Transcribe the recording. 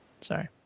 Sorry